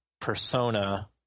persona